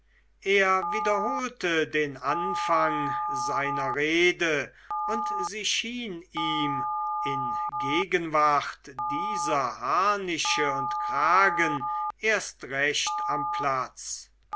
er wiederholte den anfang seiner rede und sie schien ihm in gegenwart dieser harnische und kragen erst recht am platz